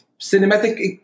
cinematic